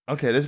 Okay